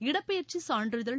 இடபெயர்ச்சி சான்றிதழ்